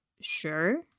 Sure